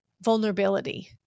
vulnerability